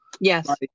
Yes